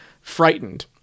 frightened